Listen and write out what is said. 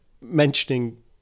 mentioning